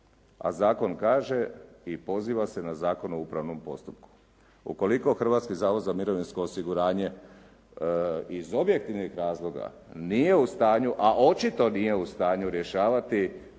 A zakon kaže i poziva se na Zakon o upravnom postupku. Ukoliko Hrvatski zavod za mirovinsko osiguranje iz objektivnih razloga nije u stanju, a očito nije u stanju rješavati